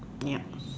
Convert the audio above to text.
ya